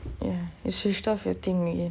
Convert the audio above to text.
ya you should stop fifteen minute